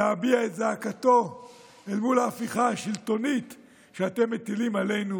להביע את זעקתו מול ההפיכה השלטונית שאתם מטילים עלינו.